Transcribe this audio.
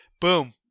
Boom